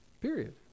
Period